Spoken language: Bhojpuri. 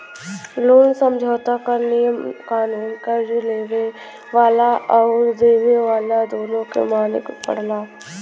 लोन समझौता क नियम कानून कर्ज़ लेवे वाला आउर देवे वाला दोनों के माने क पड़ला